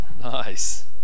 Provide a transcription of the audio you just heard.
Nice